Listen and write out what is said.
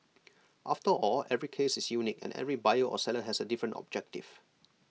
after all every case is unique and every buyer or seller has A different objective